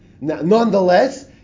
Nonetheless